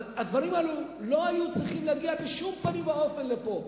אבל הדברים האלה לא היו צריכים להגיע בשום פנים ואופן לפה,